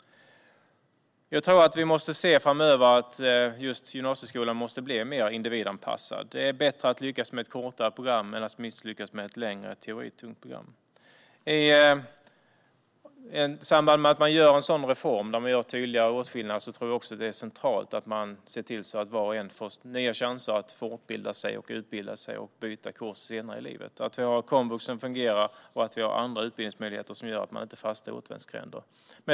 Jag tror att gymnasieskolan framöver måste bli mer individanpassad. Det är bättre att lyckas med ett kortare program än att misslyckas med ett längre, teoritungt program. I samband med att en reform genomförs som gör en tydligare åtskillnad tror jag att det är centralt att se till att var och en får nya chanser att fortbilda sig, utbilda sig och byta kurs senare i livet, att vi har ett komvux som fungerar och andra utbildningsmöjligheter som gör att man inte fastnar i återvändsgränder.